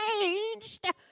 changed